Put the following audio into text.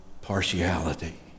partiality